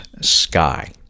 sky